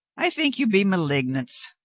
i think you be malignants.